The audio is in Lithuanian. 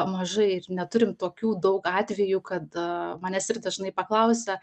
mažai ir neturim tokių daug atvejų kada manęs ir dažnai paklausia